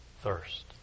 thirst